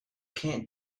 can’t